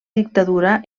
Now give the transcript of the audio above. dictadura